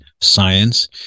science